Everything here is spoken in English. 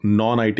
non-IT